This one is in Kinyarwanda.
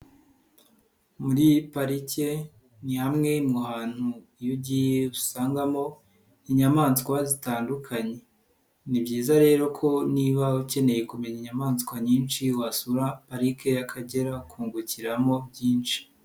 Muri Parike ni hamwe mu hantu iyo ugiye usangamo inyamaswa zitandukanye, ni byiza rero ko niba ukeneye kumenya inyamaswa nyinshi wasura Parike y'Akagera ukungukiramo byinshi.